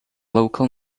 local